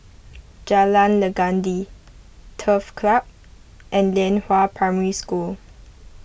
Jalan Legundi Turf Club and Lianhua Primary School